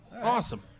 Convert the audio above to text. awesome